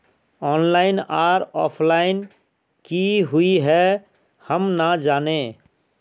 Online आर offline की हुई है हम ना जाने?